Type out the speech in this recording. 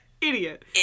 Idiot